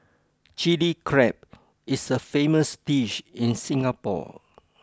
chilli crab is a famous dish in Singapore